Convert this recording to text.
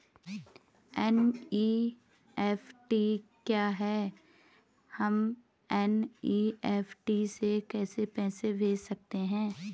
NEFT क्या है हम एन.ई.एफ.टी से कैसे पैसे भेज सकते हैं?